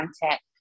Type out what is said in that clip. content